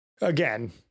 again